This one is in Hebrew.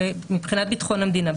מבחינת ביטחון המדינה,